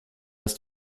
dass